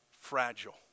fragile